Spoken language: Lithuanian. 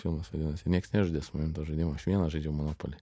filmas vadinasi nieks nežaidė su manim to žaidimo aš vienas žaidžiau monopolį